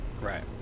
Right